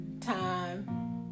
time